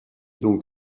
donc